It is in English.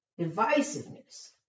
Divisiveness